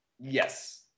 Yes